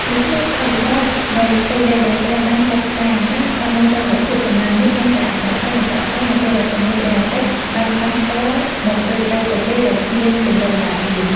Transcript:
នៅក្នុងបរិបទនៃផ្ទៃដីដែលត្រូវបានកាប់ឆ្ការ ការបាត់បង់តុល្យភាពសំណើមនេះកាន់តែអាក្រក់ទៅៗ នៅពេលដែលពន្លឺព្រះអាទិត្យបាញ់ប៉ះផ្ទាល់មកលើដីទទេរដែលគ្មានគម្របការពារ។